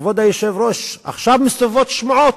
כבוד היושב-ראש, מסתובבות עכשיו שמועות,